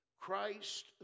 Christ